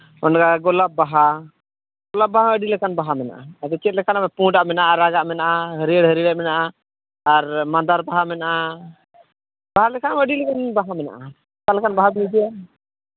ᱚᱱᱠᱟ ᱜᱳᱞᱟᱯ ᱵᱟᱦᱟ ᱜᱳᱞᱟᱯ ᱵᱟᱦᱟ ᱦᱚᱸ ᱟᱹᱰᱤ ᱞᱮᱠᱟᱱ ᱵᱟᱦᱟ ᱢᱮᱱᱟᱜᱼᱟ ᱟᱫᱚ ᱪᱮᱫ ᱞᱮᱠᱟᱱᱟᱜ ᱫᱚ ᱯᱩᱸᱰᱟᱜ ᱢᱮᱱᱟᱜᱼᱟ ᱟᱨᱟᱜᱟᱜ ᱢᱮᱱᱟᱜᱼᱟ ᱦᱟᱹᱨᱭᱟᱹᱲ ᱦᱟᱹᱨᱭᱟᱹᱲᱟᱜ ᱢᱮᱱᱟᱜᱼᱟ ᱟᱨ ᱢᱟᱫᱟᱨ ᱵᱟᱦᱟ ᱢᱮᱱᱟᱜᱼᱟ ᱵᱟᱦᱟ ᱞᱮᱠᱷᱟᱱ ᱟᱹᱰᱤ ᱞᱮᱠᱟᱱ ᱵᱟᱦᱟ ᱢᱮᱱᱟᱜᱼᱟ ᱚᱠᱟ ᱞᱮᱠᱟᱱ ᱵᱟᱦᱟ ᱵᱤᱱ ᱤᱫᱤᱭᱟ